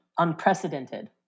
Unprecedented